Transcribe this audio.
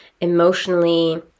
emotionally